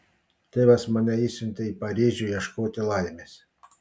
tėvas mane išsiuntė į paryžių ieškoti laimės